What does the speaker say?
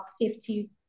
safety